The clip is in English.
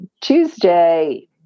Tuesday